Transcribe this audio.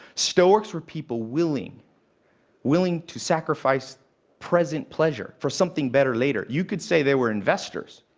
stoics were people willing willing to sacrifice present pleasure for something better later. you could say they were investors.